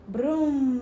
Broom